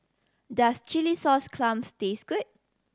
does chilli sauce clams taste good